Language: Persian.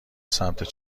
سمت